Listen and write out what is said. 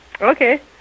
okay